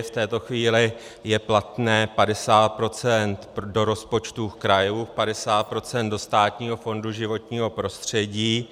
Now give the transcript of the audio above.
V této chvíli je platné 50 % do rozpočtu krajů, 50 % do Státního fondu životního prostředí.